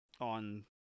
on